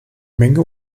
menge